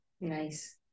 Nice